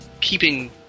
keeping